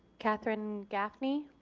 katherine gaffney,